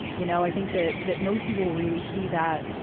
you know, i think that that most people really see that,